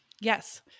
Yes